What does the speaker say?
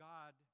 God